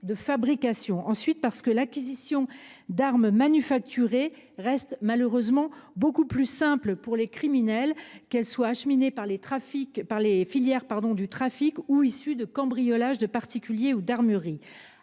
de fabrication. Ensuite, parce que l’acquisition d’armes manufacturées reste malheureusement beaucoup plus simple pour les criminels, qu’elles soient acheminées par les filières du trafic ou issues de cambriolage de particuliers ou d’armureries.